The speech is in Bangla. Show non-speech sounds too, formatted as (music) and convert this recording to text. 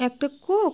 একটা (unintelligible)